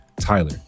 Tyler